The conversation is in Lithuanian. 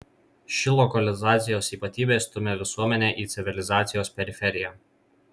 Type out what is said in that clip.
ši lokalizacijos ypatybė stumia visuomenę į civilizacijos periferiją